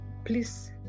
Please